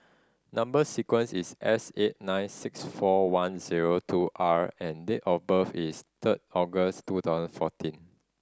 number sequence is S eight nine six four one zero two R and date of birth is third August two thousand fourteen